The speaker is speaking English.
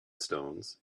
stones